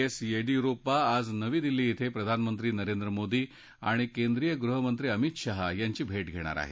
S Yediyurappa आज नवी दिल्ली ा्वें प्रधानमंत्री नरेंद्र मोदी आणि केंद्रिय गृहमंत्री अमित शाह यांची भेट घेणार आहेत